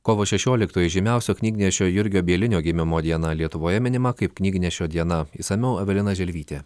kovo šešioliktoji žymiausio knygnešio jurgio bielinio gimimo diena lietuvoje minima kaip knygnešio diena išsamiau evelina želvytė